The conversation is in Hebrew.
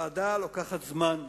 ועדה לוקחת זמן,